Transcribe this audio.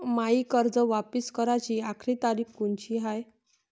मायी कर्ज वापिस कराची आखरी तारीख कोनची हाय?